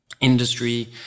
industry